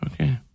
Okay